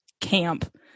camp